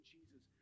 Jesus